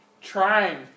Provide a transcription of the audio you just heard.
trying